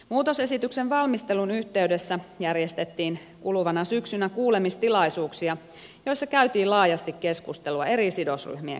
muutosesityksen valmistelun yhteydessä järjestettiin kuluvana syksynä kuulemistilaisuuksia joissa käytiin laajasti keskustelua eri sidosryhmien kanssa